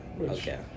Okay